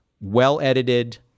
well-edited